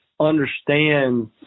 understand